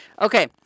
okay